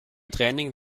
training